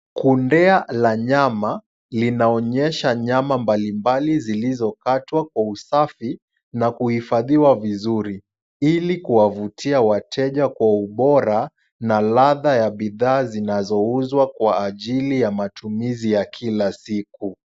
Kundea la nyama linaonyesha nyama mbali mbali zilizokatwa kwa usafi na kuhifadhiwa vizuri, ili kuwavutia wateja kwa ubora na ladha ya bidhaa zinazouzwa kwa ajili ya matumizi ya kila siku.